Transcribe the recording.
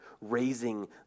raising